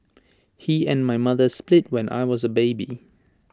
he and my mother split when I was A baby